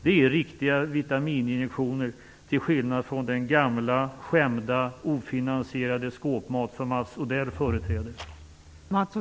Det är riktiga vitamininjektioner, till skillnad från den gamla skämda ofinansierade skåpmat som Mats Odell företräder.